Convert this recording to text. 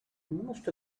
most